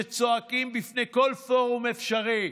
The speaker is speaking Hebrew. שצועקים בפני כל פורום אפשרי: